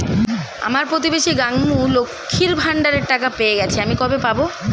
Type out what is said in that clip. আমার প্রতিবেশী গাঙ্মু, লক্ষ্মীর ভান্ডারের টাকা পেয়ে গেছে, আমি কবে পাব?